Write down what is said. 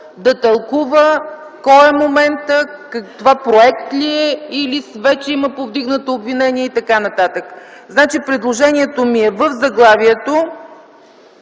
да тълкува кой е моментът, това проект ли е или вече има повдигнато обвинение и т.н. Предложението ми е в заглавието,